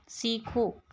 सीखो